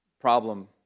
problem